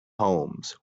homes